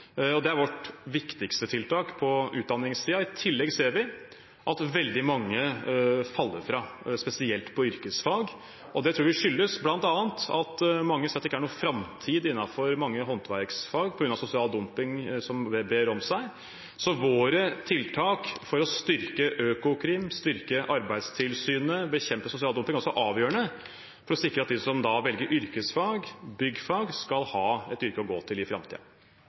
undervisningen. Det er vårt viktigste tiltak på utdanningssiden. I tillegg ser vi at veldig mange faller fra, spesielt på yrkesfag. Det tror vi bl.a. skyldes at mange ser at det ikke er noen framtid innenfor mange håndverksfag på grunn av sosial dumping, som brer om seg. Så våre tiltak for å styrke Økokrim, styrke Arbeidstilsynet og bekjempe sosial dumping er også avgjørende for å sikre at de som velger yrkesfag, byggfag, skal ha et yrke å gå til i